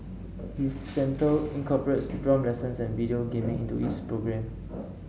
his centre incorporates drum lessons and video gaming into its programme